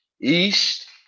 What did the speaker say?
East